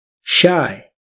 Shy